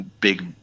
big